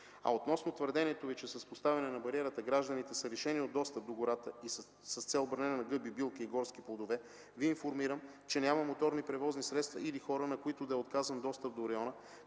Относно твърдението Ви, че с поставянето на бариерата гражданите са лишени от достъп до гората с цел бране на гъби, билки и горски плодове, Ви информирам, че няма моторни превозни средства или хора, на които да е отказан достъп до района,